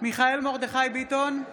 מיכאל מרדכי ביטון,